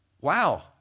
wow